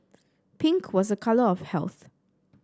pink was a colour of health